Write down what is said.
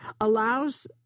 allows